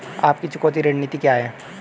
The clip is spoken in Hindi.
आपकी चुकौती रणनीति क्या है?